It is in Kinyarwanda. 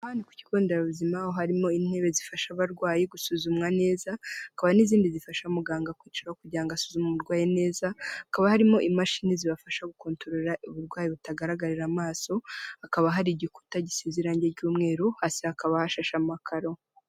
Aha ni ku kigo nderabuzima aho harimo intebe zifasha abarwayi gusuzumwa neza, hakaba n'izindi zifasha muganga kwicaraho kugira ngo asuzuma umurwayi neza, hakaba harimo imashini zibafasha gukontorora uburwayi butagaragarira amaso, hakaba hari igikuta gisize irange ry'umweru, hasi hakaba hashashe amakaro.